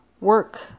work